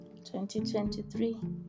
2023